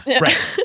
Right